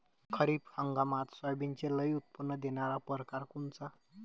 खरीप हंगामात सोयाबीनचे लई उत्पन्न देणारा परकार कोनचा?